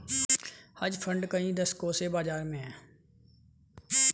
hedge fund कई दशकों से बाज़ार में हैं